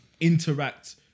interact